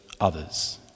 others